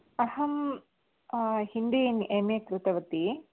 अहं Hindi in M A कृतवती